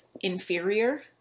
inferior